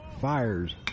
fires